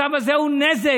הצו הזה הוא נזק